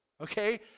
Okay